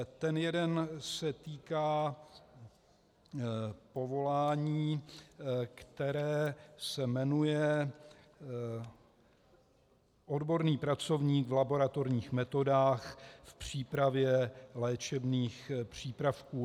Ten jeden se týká povolání, které se jmenuje odborný pracovník v laboratorních metodách v přípravě léčebných přípravků.